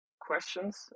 questions